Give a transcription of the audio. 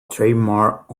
trademark